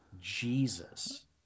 Jesus